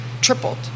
tripled